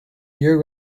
year